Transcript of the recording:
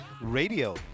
Radio